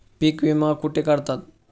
पीक विमा कुठे काढतात?